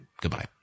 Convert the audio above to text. Goodbye